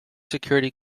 security